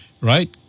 right